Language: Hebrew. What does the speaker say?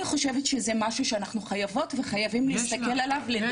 אני חושבת שזה משהו שאנחנו חייבות וחייבים להסתכל עליו.